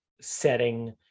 setting